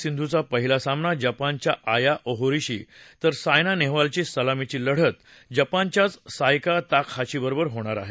सिंधूचा पहिला सामना जपानच्या आया ओहोरीशी तर सायना नेहवालची सलामीची लढत जपानच्याच सायका ताकहाशीबरोबर होणार आहे